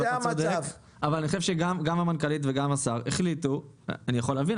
אתה צודק אבל אני חושב שגם המנכ"לית וגם השר החליטו אני יכול להבין,